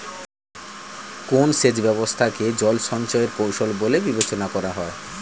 কোন সেচ ব্যবস্থা কে জল সঞ্চয় এর কৌশল বলে বিবেচনা করা হয়?